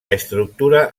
estructura